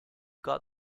got